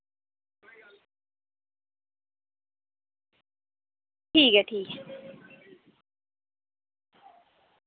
ठीक ऐ ठीक ऐ